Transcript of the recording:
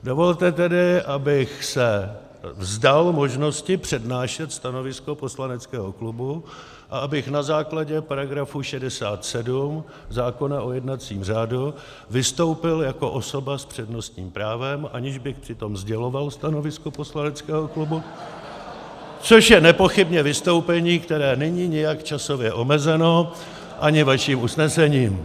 Dovolte tedy, abych se vzdal možnosti přednášet stanovisko poslaneckého klubu a abych na základě § 67 zákona o jednacím řádu vystoupil jako osoba s přednostním právem, aniž bych přitom sděloval stanovisko poslaneckého klubu, což je nepochybně vystoupení, které není nijak časově omezeno, ani vaším usnesením.